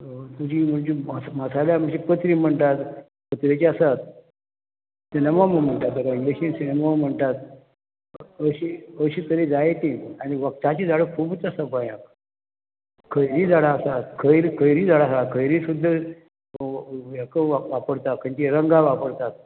तुजी म्हणजे मसाल्या म्हणजे पत्री म्हणटात पत्रेची आसात सिनेमो म्हणटात इंग्लिशीन सिनेमोम म्हणटात अशी अशी तरी जायती आनी वकदाची झाडां खूबच आसा पय खयरी झाडां आसात खंय खयरी झाडां आसा खंयरी सुद्दां हेको वापरतात खंयची रंगां वापरतात